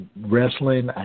wrestling